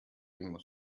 immer